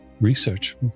Research